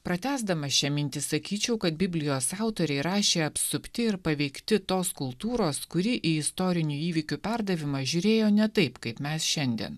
pratęsdamas šią mintį sakyčiau kad biblijos autoriai rašė apsupti ir paveikti tos kultūros kuri į istorinių įvykių perdavimą žiūrėjo ne taip kaip mes šiandien